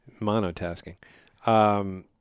monotasking